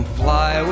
fly